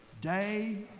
day